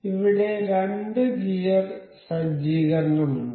ഇവിടെ രണ്ട് ഗിയർ സജ്ജീകരണമുണ്ട്